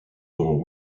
dans